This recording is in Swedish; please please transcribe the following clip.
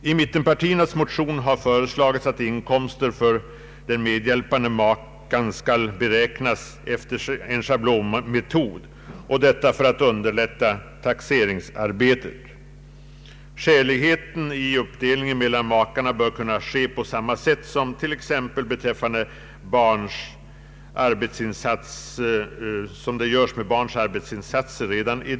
I mittenpartiernas motion har föreslagits att inkomster för den medhjälpande makan skall beräknas efter en schablonmetod i syfte att underlätta taxeringsarbetet. Skäligheten i uppdelningen mellan makarna bör kunna bedömas på samma sätt som sker redan i dag när det gäller barns arbetsinsatser.